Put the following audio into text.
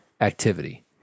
activity